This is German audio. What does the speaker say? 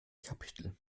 kapitel